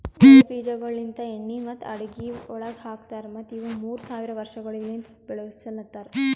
ಎಳ್ಳ ಬೀಜಗೊಳ್ ಲಿಂತ್ ಎಣ್ಣಿ ಮತ್ತ ಅಡುಗಿ ಒಳಗ್ ಹಾಕತಾರ್ ಮತ್ತ ಇವು ಮೂರ್ ಸಾವಿರ ವರ್ಷಗೊಳಲಿಂತ್ ಬೆಳುಸಲತಾರ್